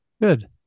Good